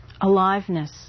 aliveness